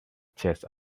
chest